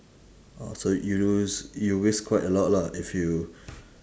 oh so you lose you risk quite a lot lah if you